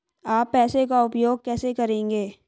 आप पैसे का उपयोग कैसे करेंगे?